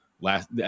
last